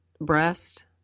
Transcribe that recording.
breast